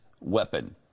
weapon